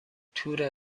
تور